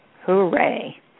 Hooray